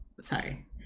sorry